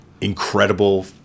incredible